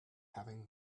having